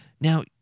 Now